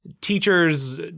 teachers